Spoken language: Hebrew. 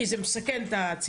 בגלל שזה מסכן את הציבור,